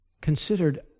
considered